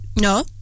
No